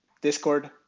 Discord